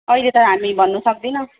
अहिले त हामी भन्न सक्दैनौँ